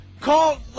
call